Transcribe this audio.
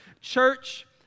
church